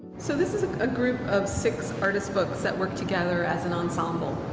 so this is a group of six artist books that work together as an ensemble.